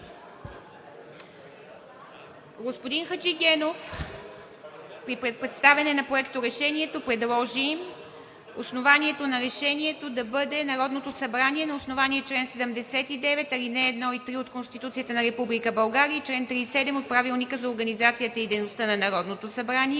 Господин Хаджигенов при представяне на проекторешението предложи основанието на решението да бъде: „Народното събрание на основание чл. 79, ал. 1 и 3 от Конституцията на Република България и чл. 37 от Правилника за организацията и дейността на Народното събрание,“